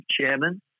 chairman